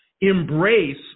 embrace